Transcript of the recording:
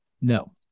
No